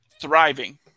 thriving